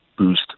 Boost